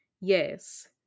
yes